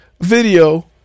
video